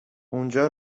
اونجا